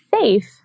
safe